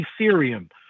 Ethereum